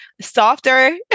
softer